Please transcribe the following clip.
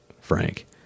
Frank